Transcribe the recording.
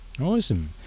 Awesome